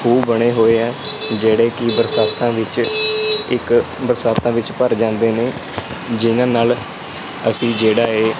ਖੂਹ ਬਣੇ ਹੋਏ ਆ ਜਿਹੜੇ ਕਿ ਬਰਸਾਤਾਂ ਵਿੱਚ ਇੱਕ ਬਰਸਾਤਾਂ ਵਿੱਚ ਭਰ ਜਾਂਦੇ ਨੇ ਜਿਹਨਾਂ ਨਾਲ ਅਸੀਂ ਜਿਹੜਾ ਇਹ